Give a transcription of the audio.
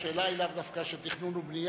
השאלה היא לאו דווקא של תכנון ובנייה,